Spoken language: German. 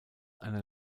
einer